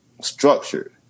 structured